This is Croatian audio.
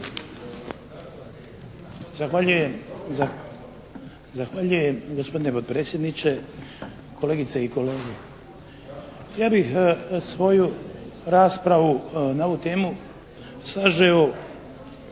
Zahvaljujem gospodine potpredsjedniče. Kolegice i kolege ja bih svoju raspravu na ovu temu sažeo